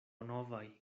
novaj